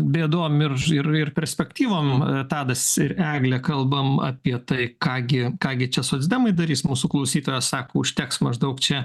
bėdom ir ir ir perspektyvom tadas ir eglė kalbam apie tai ką gi ką gi čia socdemai darys mūsų klausytojas sako užteks maždaug čia